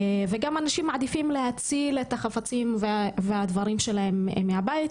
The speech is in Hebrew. אנשים גם מעדיפים להציל את החפצים והדברים שלהם מהבית,